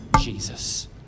Jesus